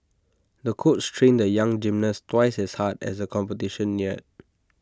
the coach trained the young gymnast twice as hard as the competition neared